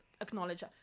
acknowledge